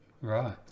Right